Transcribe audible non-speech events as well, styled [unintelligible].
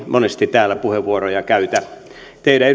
monesti täällä puheenvuoroja käytä ollessaan varapuhemies teidän [unintelligible]